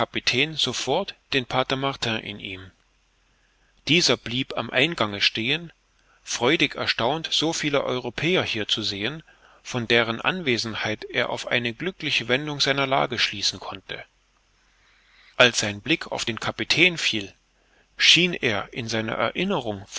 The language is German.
sofort den pater martin in ihm dieser blieb am eingange stehen freudig erstaunt so viele europäer hier zu sehen von deren anwesenheit er auf eine glückliche wendung seiner lage schließen konnte als sein blick auf den kapitän fiel schien er in seiner erinnerung